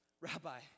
Rabbi